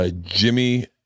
Jimmy